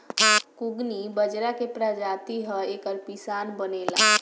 कुगनी बजरा के प्रजाति ह एकर पिसान बनेला